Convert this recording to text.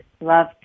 love